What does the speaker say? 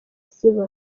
ziba